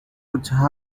utah